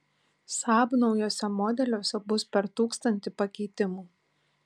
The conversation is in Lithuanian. saab naujuose modeliuose bus per tūkstantį pakeitimų